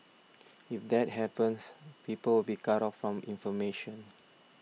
if that happens people will be cut off from information